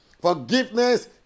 Forgiveness